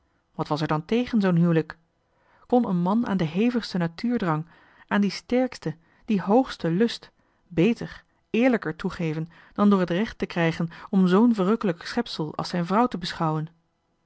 wat was er dan tégen zoo'n huwelijk kon een man aan den hevigsten natuurdrang aan dien sterksten dien hoogsten lust beter eerlijker toegeven dan door het recht te krijgen om zoo'n verrukkelijk schepsel als zijn vrouw te beschouwen